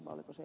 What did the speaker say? sasi